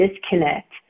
disconnect